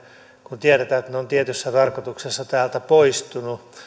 kun tiedetään että he ovat tietyssä tarkoituksessa täältä poistuneet